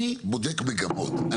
אני בודק מגמות,